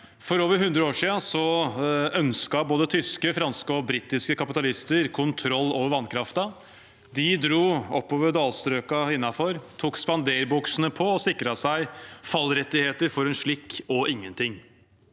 For over 100 år siden ønsket både tyske, franske og britiske kapitalister kontroll over vannkraften. De dro oppover dalstrøkene innenfor, tok spanderbuksene på og sikret seg fallrettigheter for en slikk og ingenting.